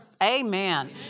Amen